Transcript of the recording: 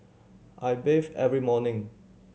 I bathe every morning